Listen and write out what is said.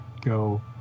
go